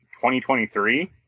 2023